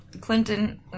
Clinton